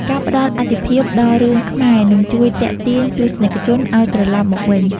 ការផ្តល់អាទិភាពដល់រឿងខ្មែរនឹងជួយទាក់ទាញទស្សនិកជនឲ្យត្រឡប់មកវិញ។